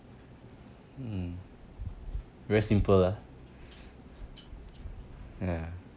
hmm very simple lah ya